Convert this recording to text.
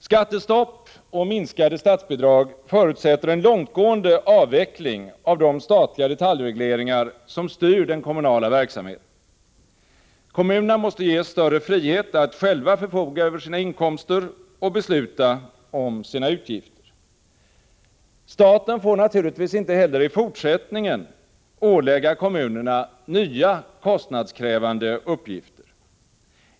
Skattestopp och minskade statsbidrag förutsätter en långtgående avveckling av de statliga detaljregleringar som styr den kommunala verksamheten. Kommunerna måste ges större frihet att själva förfoga över sina inkomster och besluta om sina utgifter. Staten får naturligtvis inte heller i fortsättningen ålägga kommunerna nya kostnadskrävande uppgifter.